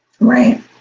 right